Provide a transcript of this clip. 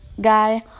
guy